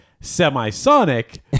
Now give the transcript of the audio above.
semi-sonic